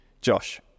Josh